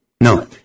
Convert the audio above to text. No